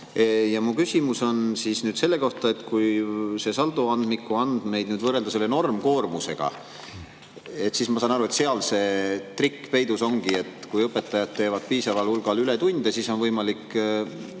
Mu küsimus on selle kohta, et kui saldoandmiku andmeid võrrelda normkoormusega, siis, ma saan aru, seal see trikk peidus ongi, et kui õpetajad teevad piisaval hulgal ületunde, siis on võimalik